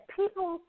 people